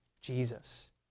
Jesus